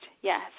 yes